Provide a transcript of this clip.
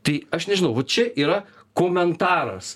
tai aš nežinau va čia yra komentaras